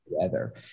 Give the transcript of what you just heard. Together